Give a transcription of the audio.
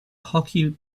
hockey